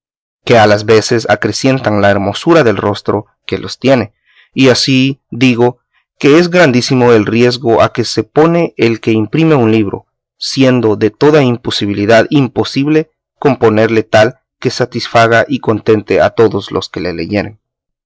que a las veces acrecientan la hermosura del rostro que los tiene y así digo que es grandísimo el riesgo a que se pone el que imprime un libro siendo de toda imposibilidad imposible componerle tal que satisfaga y contente a todos los que le leyeren